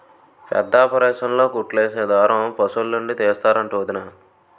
పెద్దాపరేసన్లో కుట్లేసే దారం పశులనుండి తీస్తరంట వొదినా